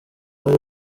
bari